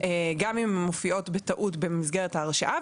גם אם הן מופיעות בטעות במסגרת ההרשאה,